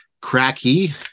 cracky